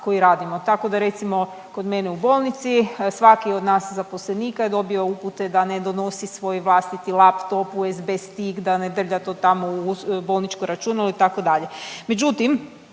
koji radimo. Tako da recimo kod mene u bolnici svaki od nas zaposlenika je dobio upute da ne donosi svoj vlastiti laptop, USB stick, da ne .../Govornik se ne razumije./...